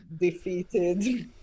defeated